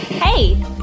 Hey